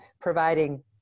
providing